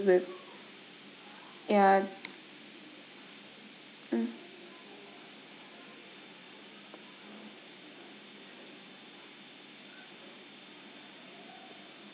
with ya mm